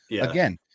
again